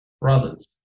brothers